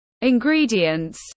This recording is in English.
ingredients